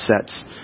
sets